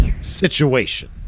situation